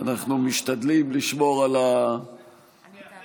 ואנחנו משתדלים לשמור על הבריאות.